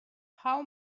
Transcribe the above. how